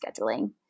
scheduling